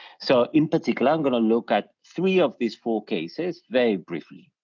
so, in particular, i'm gonna look at three of these four cases very briefly.